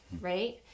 right